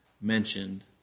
mentioned